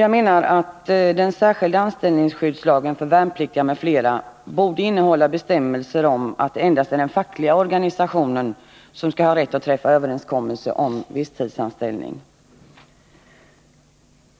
Jag menar att den särskilda anställningsskyddslagen för värnpliktiga m.fl. borde innehålla bestämmelser om att det endast är den fackliga organisationen som skall ha rätt att träffa överenskommelse om visstidsanställning.